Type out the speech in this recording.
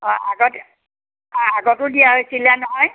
অঁ আগত আগতো দিয়া হৈছিলে নহয়